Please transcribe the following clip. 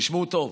תשמעו טוב,